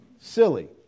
Silly